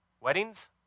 Weddings